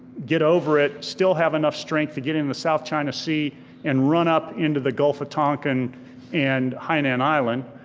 get over it, still have enough strength to get in the south china sea and run up into the gulf of tonkin and hainan island.